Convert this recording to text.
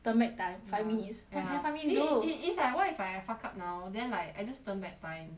turn back time ya five minutes ya [what] can five minutes do it it it's like what if I fuck up now then like I just turn back time